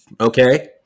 okay